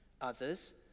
Others